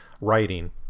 writing